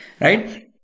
Right